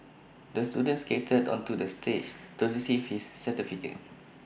the student skated onto the stage to receive his certificate